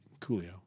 Coolio